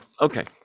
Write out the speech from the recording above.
Okay